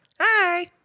hi